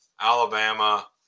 Alabama